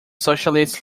socialist